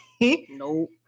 Nope